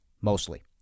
mostly